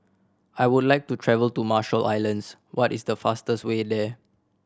I would like to travel to Marshall Islands what is the fastest way there